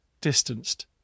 distanced